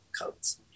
coats